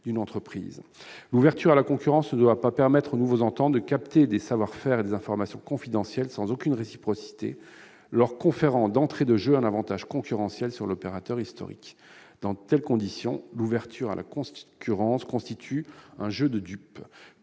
L'ouverture à la concurrence ne doit pas permettre aux nouveaux entrants de récupérer sans aucune réciprocité des savoir-faire et des informations confidentiels leur conférant d'entrée de jeu un avantage concurrentiel sur l'opérateur historique. Dans de telles conditions, l'ouverture à la concurrence constitue un jeu de dupes